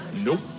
nope